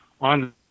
on